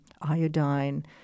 iodine